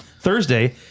Thursday